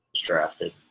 drafted